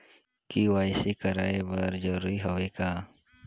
KYC कराय बर जरूरी हवे का?